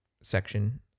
section